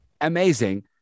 amazing